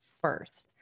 first